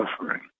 suffering